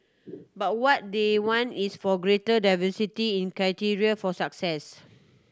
but what they want is for a greater diversity in criteria for success